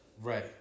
Right